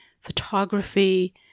photography